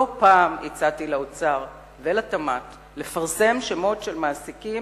לא פעם הצעתי לאוצר ולתמ"ת לפרסם שמות של מעסיקים,